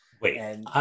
Wait